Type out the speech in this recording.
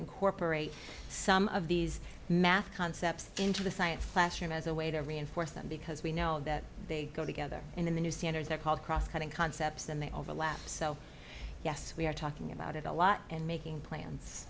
incorporate some of these math concepts into the science classroom as a way to reinforce them because we know that they go together in the new standards they're called cross cutting concepts and they overlap so yes we are talking about it a lot and making plans